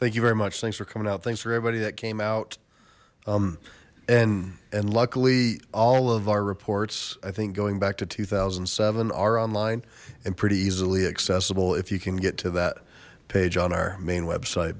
thank you very much thanks for coming out thanks for everybody that came out and and luckily all of our reports i think going back to two thousand and seven are online and pretty easily accessible if you can get to that page on our main website